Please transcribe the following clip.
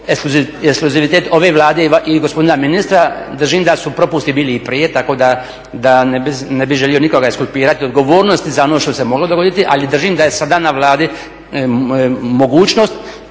eksplozivitet ove Vlade i gospodina ministra, držim da su propusti bili i prije tako da ne bi želio nikoga ekskulpirati. Odgovornost za ono što se moglo dogoditi, ali držim da je sada na Vladi mogućnost